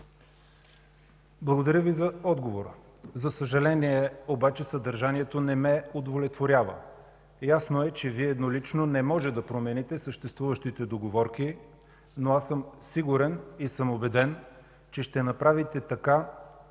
Благодаря Ви за отговора. За съжаление, обаче съдържанието не ме удовлетворява. Ясно е, че Вие еднолично не може да промените съществуващите договорки, но аз съм сигурен и убеден, че ще направите така,